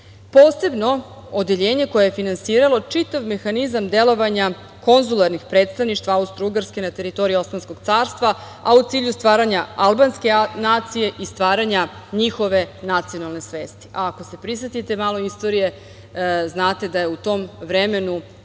posebno odeljenje koje je finansiralo čitav mehanizam delovanja konzularnih predstavništava Austrougarske na teritoriji osmanskog carstva, a u cilju stvaranja albanske nacije i stvaranja njihove nacionalne svesti. Ako se prisetite malo istorije, znate da je u tom vremenu